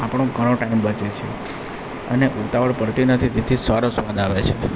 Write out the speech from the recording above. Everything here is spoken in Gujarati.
આપણો ઘણો ટાઈમ બચે છે અને ઉતાવળ પડતી નથી તેથી સારો સ્વાદ આવે છે